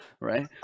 right